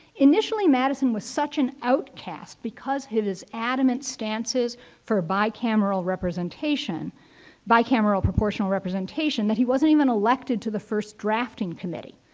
initially, madison was such an outcast because of his adamant stances for bicameral representation bicameral proportional representation that he wasn't even elected to the first drafting committee,